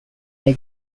they